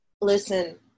listen